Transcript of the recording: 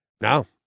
no